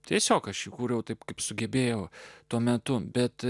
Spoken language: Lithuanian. tiesiog aš jį kūriau taip kaip sugebėjau tuo metu bet